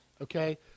okay